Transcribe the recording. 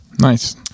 nice